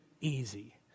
easy